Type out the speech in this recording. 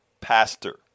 pastor